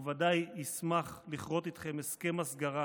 הוא ודאי ישמח לכרות איתכם הסכם הסגרה